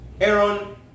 Aaron